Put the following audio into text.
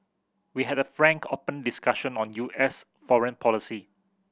we had a frank open discussion on U S foreign policy